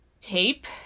tape